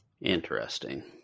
interesting